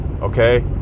okay